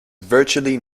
virtually